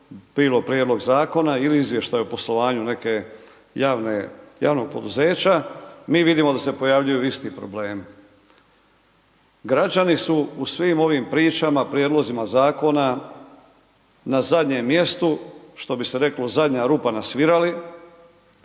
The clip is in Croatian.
bilo prijedlog Zakona ili izvještaj o poslovanju nekog javnog poduzeća. Mi vidimo da se pojavljuju isti problemi. Građani su u svim ovim pričama, prijedlozima zakona, na zadnjem mjestu, što bi se reklo, zadnja rupa na svirali.